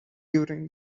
during